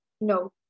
No